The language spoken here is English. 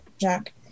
Jack